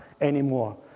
anymore